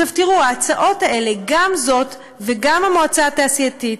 ההצעות האלה, גם זאת וגם המועצה התעשייתית,